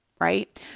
right